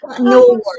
no